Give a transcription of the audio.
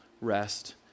rest